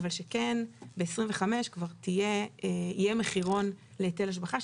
אבל שכן ב-2025 כבר יהיה מחירון להיטל השבחה,